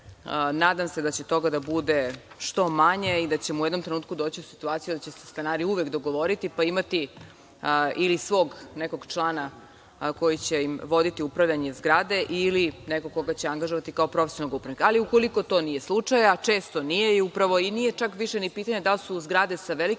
nadam se da će toga da bude što manje i da ćemo u jednom trenutku doći u situaciju da će se stanari uvek dogovoriti, pa imati ili svog nekog člana koji će im voditi upravljanje zgrade ili nekog koga će angažovati kao profesionalnog upravnika. Ali, ukoliko to nije slučaj, a često nije i upravo čak i više nije pitanje da li su zgrade sa velikim